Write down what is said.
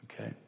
Okay